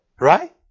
Right